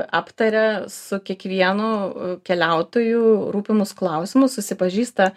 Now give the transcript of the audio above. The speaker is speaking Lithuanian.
aptaria su kiekvienu keliautoju rūpimus klausimus susipažįsta